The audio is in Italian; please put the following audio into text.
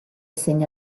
segna